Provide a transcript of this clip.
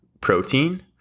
protein